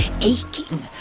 aching